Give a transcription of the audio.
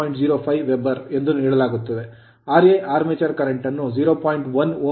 05 weber weber ಎಂದು ನೀಡಲಾಗುತ್ತದೆ ra armature armature current ನ್ನು 0